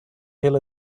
hill